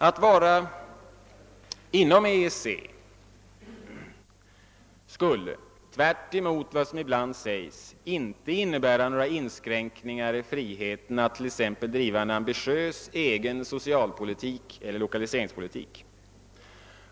Att vara inom EEC skulle, tvärtemot vad som ibland sägs, inte innebära några inskränkningar i friheten att t.ex. driva en egen ambitiös socialpolitik eller lokaliseringspolitik.